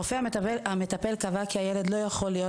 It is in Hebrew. הרופא המטפל קבע כי הילד לא יכול להיות